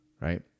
right